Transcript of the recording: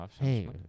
hey